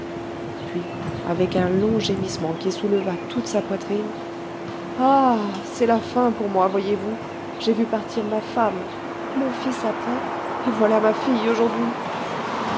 puis avec un long gémissement qui souleva toute sa poitrine ah c'est la fin pour moi voyez-vous j'ai vu partir ma femme mon fils après et voilà ma fille aujourd'hui